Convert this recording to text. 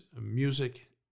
music